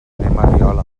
riola